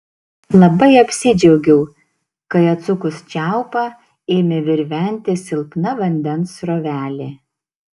labai apsidžiaugiau kai atsukus čiaupą ėmė virventi silpna vandens srovelė